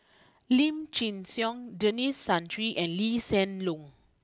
Lim Chin Siong Denis Santry and Lee Hsien Loong